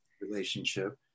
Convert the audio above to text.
relationship